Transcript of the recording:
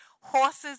Horses